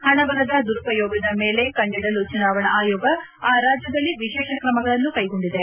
ಹಣಬಲದ ದುರುಪಯೋಗದ ಮೇಲೆ ಕಣ್ಣಿಡಲು ಚುನಾವಣಾ ಆಯೋಗ ಆ ರಾಜ್ಯದಲ್ಲಿ ವಿಶೇಷ ಕ್ರಮಗಳನ್ನು ಕ್ಲೆಗೊಂಡಿದೆ